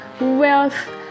wealth